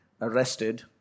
arrested